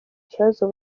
kibazo